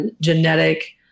genetic